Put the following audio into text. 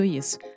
isso